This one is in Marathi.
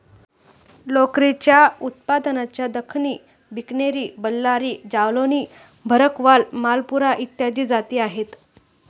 लोकरीच्या उत्पादनाच्या दख्खनी, बिकनेरी, बल्लारी, जालौनी, भरकवाल, मालपुरा इत्यादी जाती आहेत